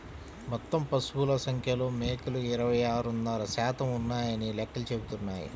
మొత్తం పశువుల సంఖ్యలో మేకలు ఇరవై ఆరున్నర శాతం ఉన్నాయని లెక్కలు చెబుతున్నాయి